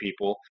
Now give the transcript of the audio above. people